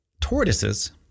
tortoises